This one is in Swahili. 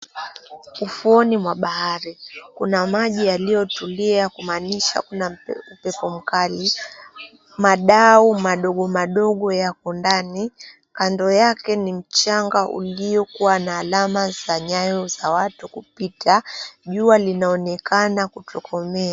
Ufuoni mwa bahari kuna maji yaliyotulia kumaanisha hakuna upepo mkali. Madau madogo madogo yako ndani. Kando yake ni mchanga uliokuwa naalama za nyayo za watu kupita. Jua linaonekana kutokomea.